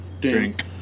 drink